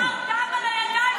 הוא אמר "דם על הידיים".